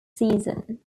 season